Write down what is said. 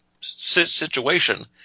situation